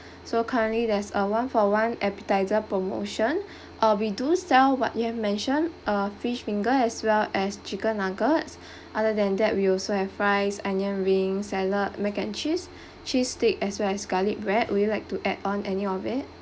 so currently there's a one for one appetiser promotion uh we do sell what you have mentioned uh fish finger as well as chicken nuggets other than that we also have fries onion ring salad mac and cheese cheese stick as well as garlic bread would you like to add on any of it